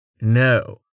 no